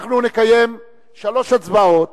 אנחנו נקיים שלוש הצבעות